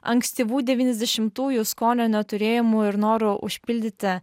ankstyvų devyniasdešimtųjų skonio neturėjimu ir noru užpildyti